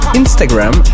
instagram